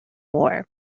war